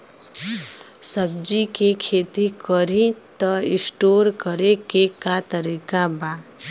सब्जी के खेती करी त स्टोर करे के का तरीका बा?